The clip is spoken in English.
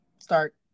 start